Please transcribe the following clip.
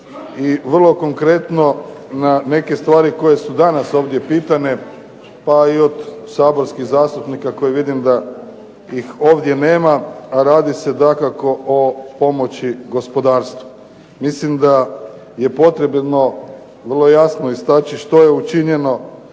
i vrlo konkretno na neke stvari koje su danas ovdje pitanje, pa i od saborskih zastupnika koje vidim da ih ovdje nema, a radi se dakako o pomoći gospodarstvu. Mislim da je potrebno vrlo jasno istaći što je učinjeno